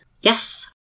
Yes